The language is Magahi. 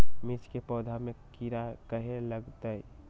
मिर्च के पौधा में किरा कहे लगतहै?